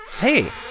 Hey